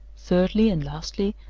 thirdly, and lastly,